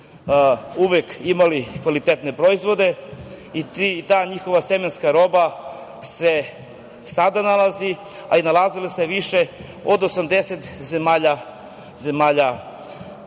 uvek imali kvalitetne proizvode i ta njihova semenska roba se sada nalazi, a i nalazila se više od 80 zemalja